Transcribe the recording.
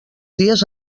dies